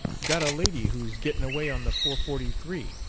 got a lady who's gettin' away on the four forty-three.